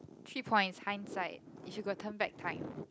three points hindsight if you could turn back time